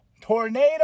tornado